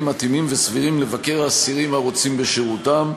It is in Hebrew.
מתאימים וסבירים לבקר אסירים הרוצים בשירותם.